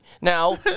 Now